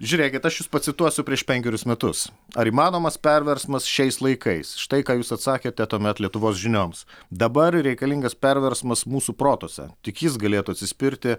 žiūrėkit aš jus pacituosiu prieš penkerius metus ar įmanomas perversmas šiais laikais štai ką jūs atsakėte tuomet lietuvos žinioms dabar reikalingas perversmas mūsų protuose tik jis galėtų atsispirti